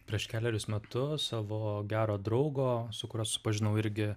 prieš kelerius metus savo gero draugo su kuriuo susipažinau irgi